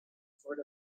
sort